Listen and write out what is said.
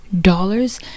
dollars